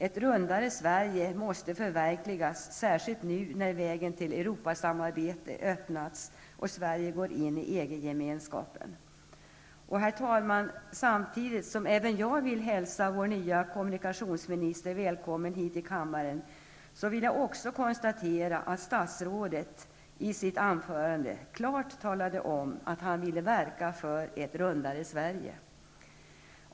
Ett rundare Sverige måste förverkligas särskilt nu, när vägen till Europasamarbete har öppnats och Sverige går in i Herr talman! Samtidigt som även jag vill hälsa vår nye kommunikationsminister välkommen hit till kammaren, vill jag också konstatera att statsrådet i sitt anförande klart talade om att han ville verka för ett rundare Sverige.